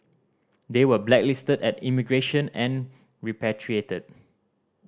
they were blacklisted at immigration and repatriated